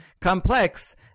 complex